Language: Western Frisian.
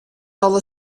alle